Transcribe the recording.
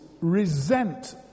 resent